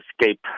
escape